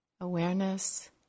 awareness